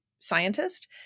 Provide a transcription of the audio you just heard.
scientist